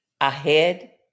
ahead